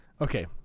okay